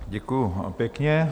Děkuji pěkně.